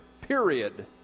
period